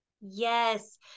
yes